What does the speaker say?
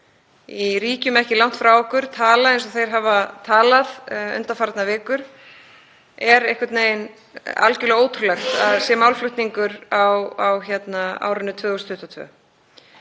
í ríkjum ekki langt frá okkur tala eins og þeir hafa talað undanfarnar vikur er einhvern veginn algerlega ótrúlegt að sé málflutningur á árinu 2022.